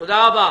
תודה רבה.